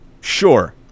Sure